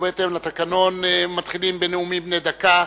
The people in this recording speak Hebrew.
ובהתאם לתקנון, אנחנו מתחילים בנאומים בני דקה.